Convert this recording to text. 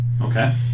Okay